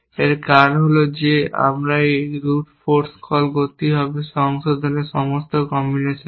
এর কারণ হল যে কেন আমরা এই রুট ফোর্স কল করতে হবে সংশোধনের সব কম্বিনেশনে